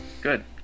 Good